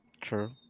True